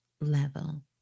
level